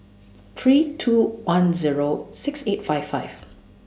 three two one Zero six eight five five